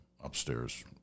upstairs